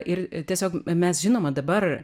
ir tiesiog mes žinoma dabar